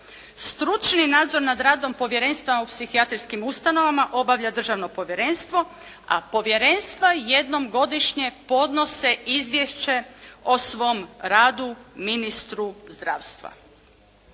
Stručni nadzor nad radom povjerenstva u psihijatrijskim ustanovama obavlja državno povjerenstvo a povjerenstva jednom godišnje podnose izvješće o svom radu ministru zdravstva.